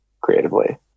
creatively